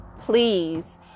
please